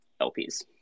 LPs